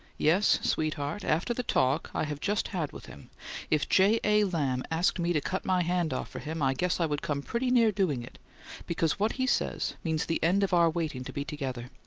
yes, sweetheart, after the talk i have just had with him if j. a. lamb asked me to cut my hand off for him i guess i would come pretty near doing it because what he says means the end of our waiting to be together.